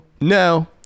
No